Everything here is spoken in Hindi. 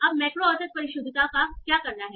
अब मैक्रो औसत परिशुद्धता का क्या करना है